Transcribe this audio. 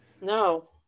no